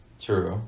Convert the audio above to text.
true